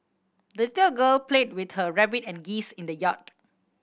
the little girl played with her rabbit and geese in the yard